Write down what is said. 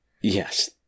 Yes